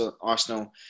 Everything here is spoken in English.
Arsenal